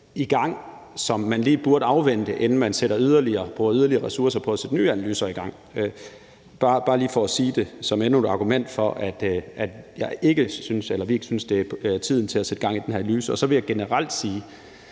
i gang, som man lige burde afvente, inden man bruger yderligere ressourcer på at sætte nye analyser i gang – bare lige for at sige endnu et argument for, at vi ikke synes, at det er tiden til at sætte gang i den her analyse. Så vil jeg sige